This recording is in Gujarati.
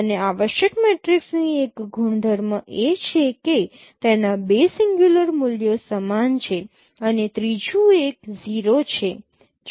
અને આવશ્યક મેટ્રિક્સની એક ગુણધર્મ એ છે કે તેના બે સિંગ્યુંલર મૂલ્યો સમાન છે અને ત્રીજું એક 0 છે